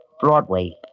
Broadway